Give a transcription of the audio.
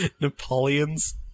Napoleons